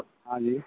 हाँ जी